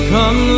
Come